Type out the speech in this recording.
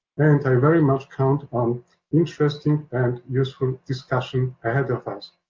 and i very much count on interesting and useful discussions ahead of us.